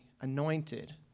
anointed